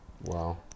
wow